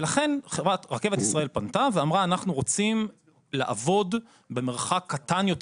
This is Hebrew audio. ולכן רכבת ישראל פנתה ואמרה אנחנו רוצים לעבוד במרחק קטן יותר